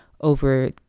over